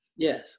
Yes